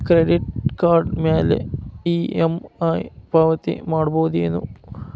Credit card ಮ್ಯಾಲೆ EMI ಪಾವತಿ ಮಾಡ್ಬಹುದೇನು?